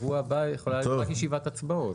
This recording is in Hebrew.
בשבוע הבא יכולה להיות רק ישיבת הצבעות.